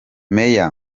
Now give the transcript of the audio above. meya